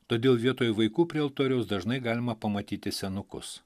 todėl vietoj vaikų prie altoriaus dažnai galima pamatyti senukus